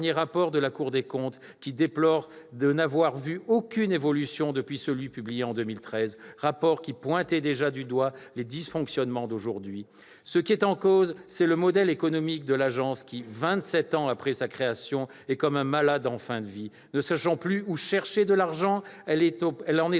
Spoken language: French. rapport de la Cour des comptes, qui déplore n'avoir vu aucune évolution depuis celui de 2013, lequel pointait déjà les dysfonctionnements d'aujourd'hui. Ce qui est en cause, c'est le modèle économique de l'AEFE qui, vingt-sept ans après sa création, est comme un malade en fin de vie. Ne sachant plus où chercher de l'argent, elle en est